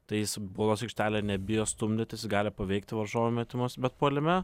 tai jis baudos aikštelėj nebijo stumdytis gali paveikti varžovo metimus bet puolime